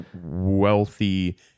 Wealthy